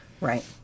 Right